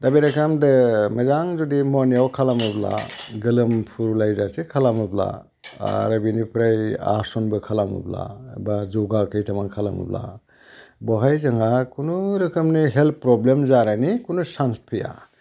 दा बोरै खालामदो मोजां जुदि मरनिं वाक खालामोबा गोलोमफ्रुलायजासे खालामोब्ला आरो बेनिफ्राय आसनबो खालामोब्ला बा जगा खैथामान खालामोब्ला बेवहाय जोंहा खुनु रोखोमनि हेल्थ प्रब्लेम जानायनि कुनु सान्स फैया